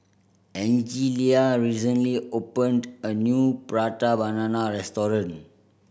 Angelia recently opened a new Prata Banana restaurant